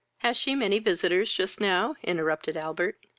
has she many visitors just now? interrupted albert.